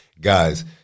Guys